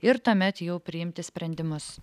ir tuomet jau priimti sprendimus